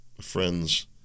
Friends